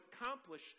accomplish